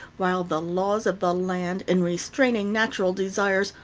while the laws of the land, in restraining natural desires,